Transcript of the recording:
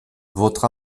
votre